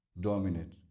dominate